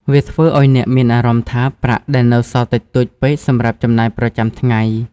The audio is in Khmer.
វាធ្វើឲ្យអ្នកមានអារម្មណ៍ថាប្រាក់ដែលនៅសល់តិចតួចពេកសម្រាប់ចំណាយប្រចាំថ្ងៃ។